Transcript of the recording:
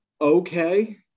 okay